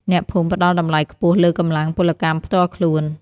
អ្នកភូមិផ្ដល់តម្លៃខ្ពស់លើកម្លាំងពលកម្មផ្ទាល់ខ្លួន។